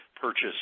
purchase